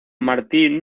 martín